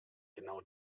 genau